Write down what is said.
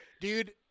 dude